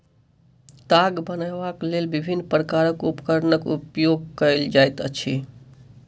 ताग बनयबाक लेल विभिन्न प्रकारक उपकरणक उपयोग कयल जाइत अछि